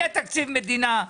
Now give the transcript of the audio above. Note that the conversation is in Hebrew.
יהיה תקציב מדינה?